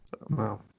Wow